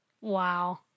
Wow